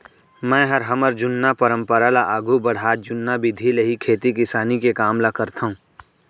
मैंहर हमर जुन्ना परंपरा ल आघू बढ़ात जुन्ना बिधि ले ही खेती किसानी के काम ल करथंव